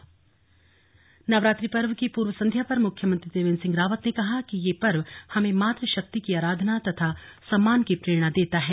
slug Navratri संदेश नवरात्रि पर्व की पूर्व संध्या पर मुख्यमंत्री त्रिवेन्द्र सिंह रावत ने कहा कि यह पर्व हमें मातृशक्ति की आराधना तथा सम्मान की प्रेरणा देता है